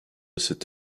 cette